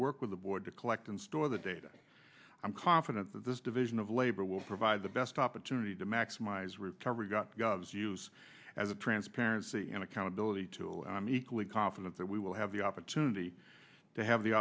work with the board to collect and store the data i'm confident that this division of labor will provide the best opportunity to maximize recovery got gobs use as a transparency and accountability to meekly confident that we will have the opportunity to have the